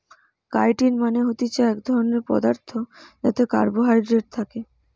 chitin মানে হতিছে এক ধরণের পদার্থ যাতে কার্বোহাইড্রেট থাকে